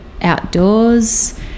outdoors